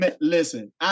Listen